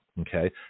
Okay